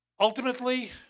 Ultimately